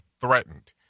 threatened